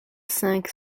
cinq